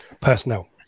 personnel